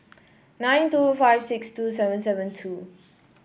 nine two five six two seven seven two